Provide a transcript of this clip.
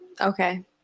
okay